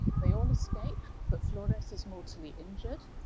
they all escape but flores is mortally injured.